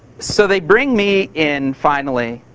so they bring me in, finally.